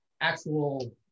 actual